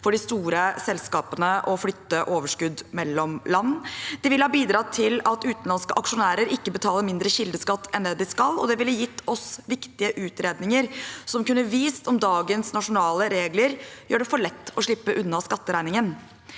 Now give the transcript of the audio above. for de store selskapene å flytte overskudd mellom land. Det ville ha bidratt til at utenlandske aksjonærer ikke betaler mindre kildeskatt enn det de skal, og det ville gitt oss viktige utredninger som kunne vist om dagens nasjonale regler gjør det for lett å slippe unna skatteregningen.